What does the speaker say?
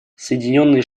соединенные